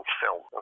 film